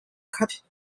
khat